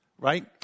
Right